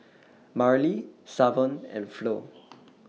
Marilee Savon and Flo